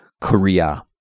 Korea